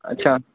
अच्छा